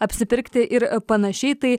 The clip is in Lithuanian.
apsipirkti ir panašiai tai